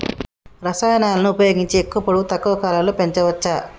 రసాయనాలను ఉపయోగించి ఎక్కువ పొడవు తక్కువ కాలంలో పెంచవచ్చా?